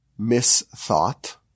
misthought